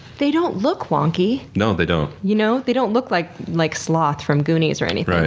they don't look wonky. no they don't. you know they don't look like like sloth from goonies or anything. right.